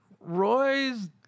Roy's